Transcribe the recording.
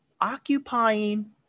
occupying